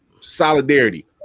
Solidarity